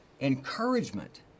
encouragement